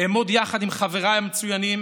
אעמוד יחד עם חבריי המצוינים